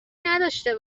نداشته